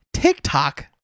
TikTok